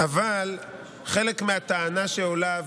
חלק מהטענה שעולה,